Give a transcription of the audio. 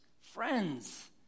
friends